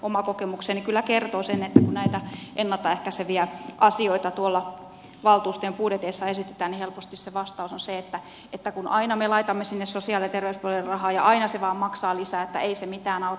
oma kokemukseni kyllä kertoo sen että kun näitä ennalta ehkäiseviä asioita tuolla valtuustojen budjeteissa esitetään niin helposti se vastaus on se että kun aina me laitamme sinne sosiaali ja terveyspuolelle rahaa ja aina se vain maksaa lisää ei se mitään auta